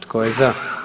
Tko je za?